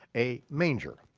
a manger.